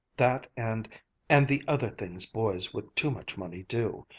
that and and the other things boys with too much money do.